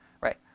right